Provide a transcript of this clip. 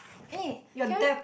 eh can we